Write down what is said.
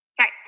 Okay